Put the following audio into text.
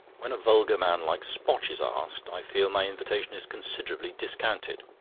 when a vulgar man like spotch is asked, i feel my invitation is considerably discounted.